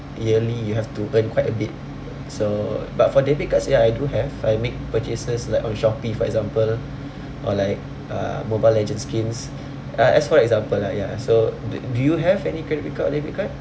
yearly you have to earn quite a bit so but for debit cards ya I do have I make purchases like on Shopee for example or like uh Mobile Legends skins uh as for example lah ya so do do you have any credit card or debit card